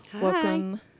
Welcome